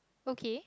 okay